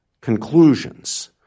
conclusions